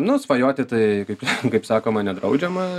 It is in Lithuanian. nu svajoti tai kaip kaip sakoma nedraudžiama